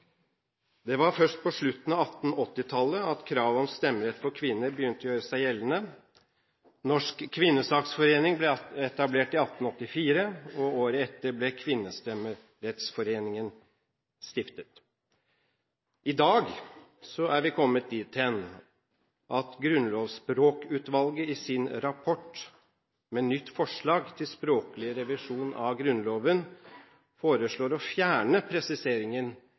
Det var først på slutten av 1880-tallet at kravet om stemmerett for kvinner begynte å gjøre seg gjeldende. Norsk Kvindesagsforening ble etablert i 1884, og året etter ble Kvindestemmeretsforeningen stiftet. I dag er vi kommet dit hen at Grunnlovsspråkutvalget i sin rapport med nytt forslag til språklig revisjon av Grunnloven foreslår å fjerne presiseringen